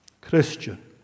Christian